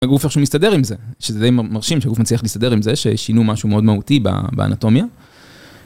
והגוף איכשהוא מסתדר עם זה, שזה די מרשים שהגוף מצליח להסתדר עם זה, ששינו משהו מאוד מהותי ב... באנטומיה.